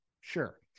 Sure